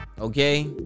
Okay